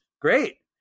great